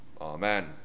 Amen